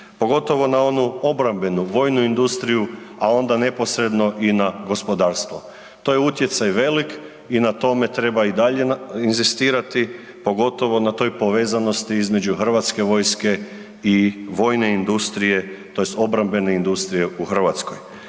pogotovo na onu obrambenu, vojnu industriju a onda neposredno i na gospodarstvo. To je utjecaj velik i na tome treba i dalje inzistirati pogotovo na toj povezanosti između hrvatske vojske i vojne industrije, tj. obrambene industrije u Hrvatskoj.